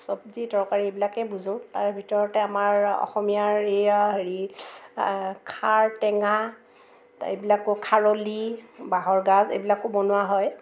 চবজি তৰকাৰী এইবিলাকে বুজোঁ তাৰ ভিতৰতে আমাৰ অসমীয়াৰ এইয়া হেৰি খাৰ টেঙা এইবিলাক আকৌ খাৰলি বাঁহৰ গাজ এইবিলাকো বনোৱা হয়